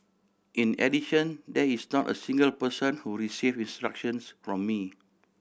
in addition there is not a single person who received instructions from me